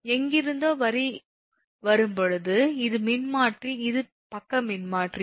எனவே எங்கிருந்தோ வரி வரும்போது இது மின்மாற்றி இது பக்க மின்மாற்றி